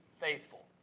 faithful